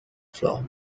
floor